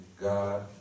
God